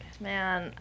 man